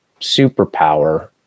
superpower